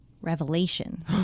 revelation